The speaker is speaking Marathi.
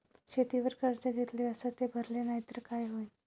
शेतीवर कर्ज घेतले अस ते भरले नाही तर काय होईन?